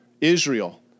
Israel